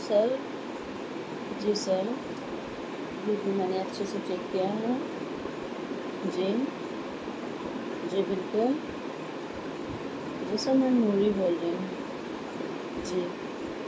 سر جی سر بالکل میں نے اچھے سے چیک کیا ہے جی جی بالکل جی سر میں ملی بول رہی ہوں جی